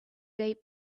date